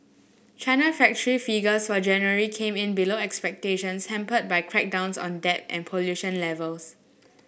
China factory figures for January came in below expectations hampered by crackdowns on debt and pollution levels